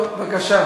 טוב, בבקשה.